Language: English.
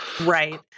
right